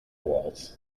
waltz